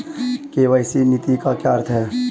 KYC नीति का क्या अर्थ है?